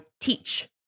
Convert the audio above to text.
teach